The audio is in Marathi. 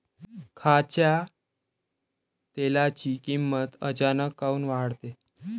खाच्या तेलाची किमत अचानक काऊन वाढते?